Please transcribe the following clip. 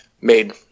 Made